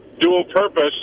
dual-purpose